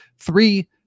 three